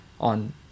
on